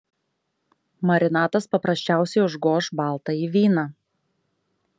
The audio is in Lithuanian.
marinatas paprasčiausiai užgoš baltąjį vyną